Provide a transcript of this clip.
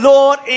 Lord